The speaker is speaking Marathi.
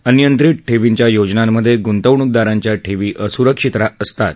अनियंत्रित ठेवींच्या योजनांमध्ये गुंतवणुकदारांच्या ठेवी असुरक्षित असतात